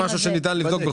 זה דבר שניתן לבדוק.